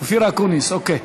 אתה תשיב, אופיר אקוניס, אוקיי.